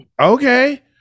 okay